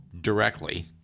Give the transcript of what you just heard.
directly